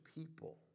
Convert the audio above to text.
people